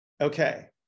Okay